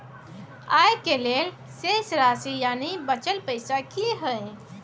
आय के लेल शेष राशि यानि बचल पैसा की हय?